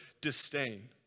disdain